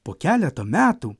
po keleto metų